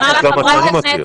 זה גם מה שאני מכיר.